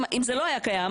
אם זה לא היה קיים,